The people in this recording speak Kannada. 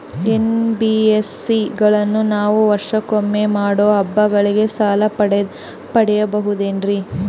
ಎನ್.ಬಿ.ಎಸ್.ಸಿ ಗಳಲ್ಲಿ ನಾವು ವರ್ಷಕೊಮ್ಮೆ ಮಾಡೋ ಹಬ್ಬಗಳಿಗೆ ಸಾಲ ಪಡೆಯಬಹುದೇನ್ರಿ?